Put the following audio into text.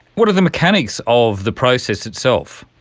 what are the mechanics of the process itself?